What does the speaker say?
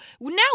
now